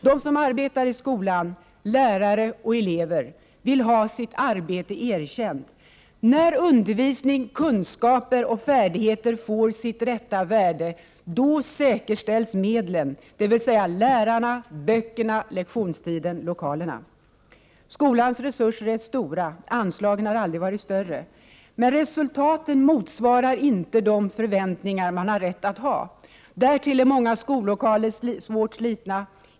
De som arbetar i skolan — lärare och elever — vill ha sitt arbete erkänt. När undervisning, kunskaper och färdigheter får sitt rätta värde säkerställs medlen, dvs. lärarna, böckerna, lektionstiden, lokalerna. Skolans resurser är stora, och anslagen har aldrig varit större. Men resultaten motsvarar inte de förväntningar man har rätt att ha. Därtill kommer att många skollokaler är svårt slitna.